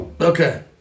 Okay